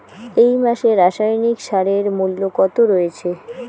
এই মাসে রাসায়নিক সারের মূল্য কত রয়েছে?